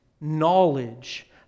knowledge